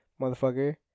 motherfucker